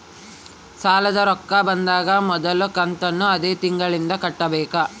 ಸಾಲದ ರೊಕ್ಕ ಬಂದಾಗ ಮೊದಲ ಕಂತನ್ನು ಅದೇ ತಿಂಗಳಿಂದ ಕಟ್ಟಬೇಕಾ?